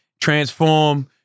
transform